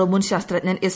O മുൻ ശാസ്ത്രജ്ഞൻ S